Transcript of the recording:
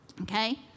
okay